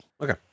Okay